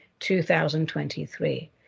2023